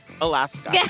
Alaska